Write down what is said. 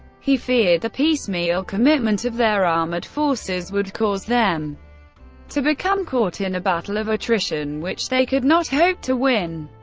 he feared the piecemeal commitment of their armoured forces would cause them to become caught in a battle of attrition which they could not hope to win.